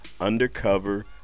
Undercover